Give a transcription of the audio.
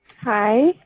Hi